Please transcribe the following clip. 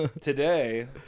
Today